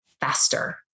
faster